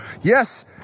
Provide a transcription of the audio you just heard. Yes